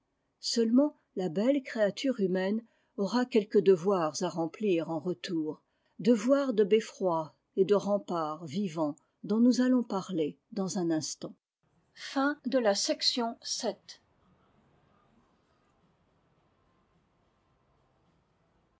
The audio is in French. seulement la belle créature humaine aura quelques devoirs à remplir en retour devoirs de beffroi et de rempart vivants dont nous allons parler dans un instant